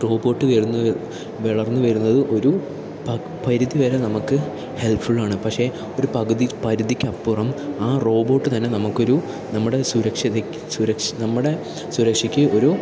robot വരുന്ന വളർന്ന് വരുന്നത് ഒരു പരിധിവരെ നമ്മൾക്ക് ഹെൽപ്പ് ഫുള്ളാണ് പക്ഷെ ഒരു പകുതി പരിധിക്കപ്പുറം ആ റോബോട്ട് തന്നെ നമ്മക്കൊരു നമ്മുടെ നമ്മുടെ സുരക്ഷയ്ക്ക് ഒരു